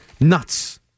Nuts